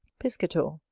piscator.